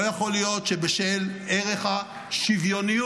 לא יכול להיות שבשל ערך השוויון,